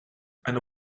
eine